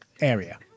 area